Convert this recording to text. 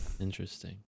Interesting